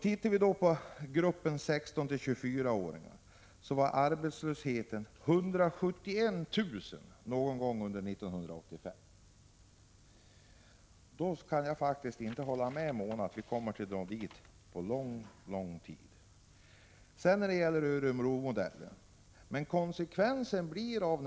Tittar vi på gruppen 16-24-åringar finner vi att 171 000 var arbetslösa någon gång under 1985. Jag kan därför inte hålla med Mona Sahlin om att vi kommer dit på lång lång tid än. Sedan till den s.k. Örebromodellen.